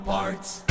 Parts